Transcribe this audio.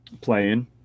playing